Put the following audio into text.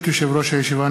ברשות יושב-ראש הישיבה,